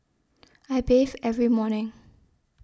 I bathe every morning